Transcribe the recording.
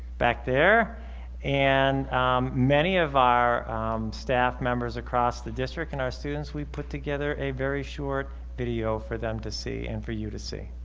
back there and many of our staff members across the district and our students we put together a very short video for them to see and for you to see.